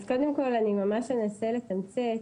קודם כל אני ממש אנסה לתמצת.